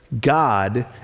God